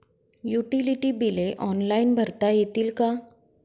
Utility बिले online भरता येतील का?